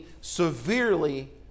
severely